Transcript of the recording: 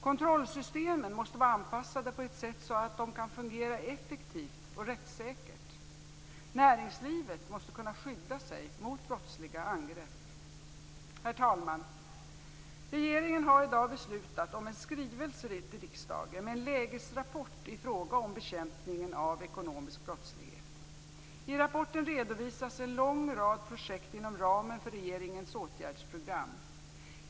Kontrollsystemen måste vara avpassade på ett sådant sätt att de kan fungera effektivt och rättssäkert. Näringslivet måste kunna skydda sig mot brottsliga angrepp. Herr talman! Regeringen har i dag beslutat om en skrivelse till riksdagen med en lägesrapport i fråga om bekämpningen av ekonomisk brottslighet. I rapporten redovisas en lång rad projekt inom ramen för regeringens åtgärdsprogram.